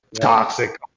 toxic